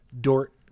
Dort